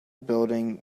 building